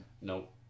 Nope